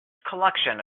collection